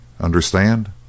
Understand